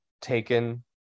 taken